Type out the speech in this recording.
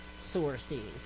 sources